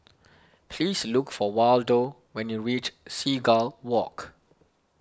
please look for Waldo when you reach Seagull Walk